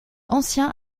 ancien